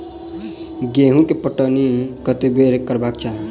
गेंहूँ केँ पटौनी कत्ते बेर करबाक चाहि?